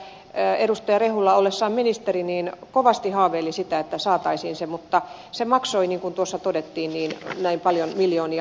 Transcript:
tiedän että edustaja rehula ollessaan ministeri kovasti haaveili siitä että saataisiin se mutta se maksoi niin kuin tuossa todettiin näin paljon miljoonia